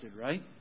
right